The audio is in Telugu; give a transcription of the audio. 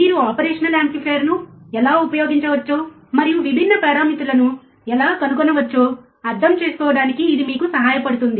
మీరు ఆపరేషనల్ యాంప్లిఫైయర్ను ఎలా ఉపయోగించవచ్చో మరియు విభిన్న పారామితులను ఎలా కనుగొనవచ్చో అర్థం చేసుకోవడానికి ఇది మీకు సహాయపడుతుంది